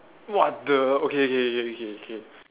what the okay okay okay okay okay